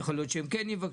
יכול להיות שהם כן יבקשו.